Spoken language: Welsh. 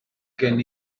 gen